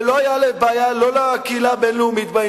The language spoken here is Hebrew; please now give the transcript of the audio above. ולא היתה בעיה בעניין, לא לקהילה הבין-לאומית,